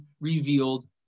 revealed